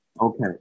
Okay